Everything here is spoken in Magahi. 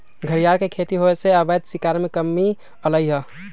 घरियार के खेती होयसे अवैध शिकार में कम्मि अलइ ह